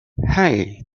hey